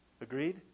Agreed